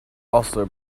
also